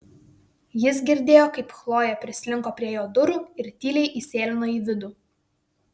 jis girdėjo kaip chlojė prislinko prie jo durų ir tyliai įsėlino į vidų